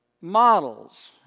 Models